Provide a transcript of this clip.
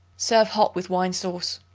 serve hot with wine-sauce.